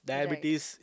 Diabetes